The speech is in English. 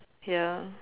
ya